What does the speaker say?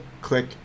click